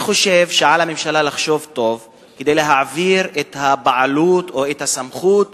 אני חושב שעל הממשלה לחשוב טוב כדי להעביר את הבעלות או את הסמכות